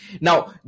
Now